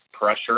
pressure